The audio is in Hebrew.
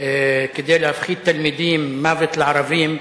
כדי להפחיד תלמידים, "מוות לערבים",